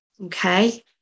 Okay